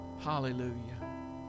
Hallelujah